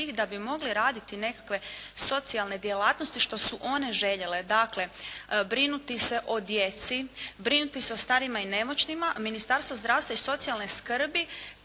da bi mogli raditi nekakve socijalne djelatnosti što su one željele, dakle, brinuti se o djeci, brinuti se o starima i nemoćnima, Ministarstvo zdravstva i socijalne skrbi